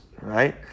Right